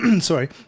sorry